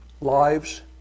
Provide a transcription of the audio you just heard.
lives